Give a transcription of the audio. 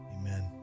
Amen